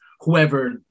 whoever